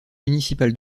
municipal